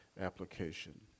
application